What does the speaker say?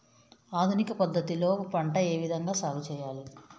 ఆధునిక పద్ధతి లో పంట ఏ విధంగా సాగు చేయాలి?